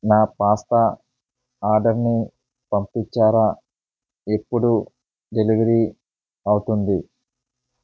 నా పాస్తా ఆర్డర్ని పంపిచ్చారా ఎప్పుడు డెలివరీ అవుతుంది